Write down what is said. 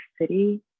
City